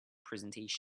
presentation